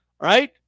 right